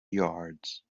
yards